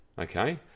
Okay